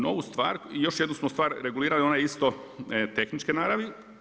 Novu stvar i još jednu smo stvar regulirali, ona je isto tehničke naravi.